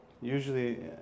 usually